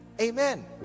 amen